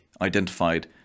identified